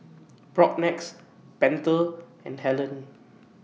Propnex Pentel and Helen